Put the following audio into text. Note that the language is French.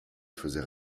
faisait